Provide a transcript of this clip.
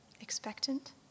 Expectant